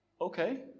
Okay